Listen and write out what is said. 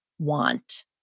want